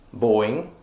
Boeing